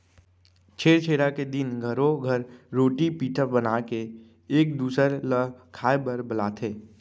छेरछेरा के दिन घरो घर रोटी पिठा बनाके एक दूसर ल खाए बर बलाथे